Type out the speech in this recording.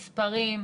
מספרים,